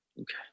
Okay